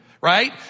right